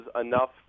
enough